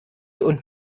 und